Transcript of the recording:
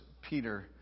Peter